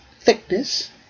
thickness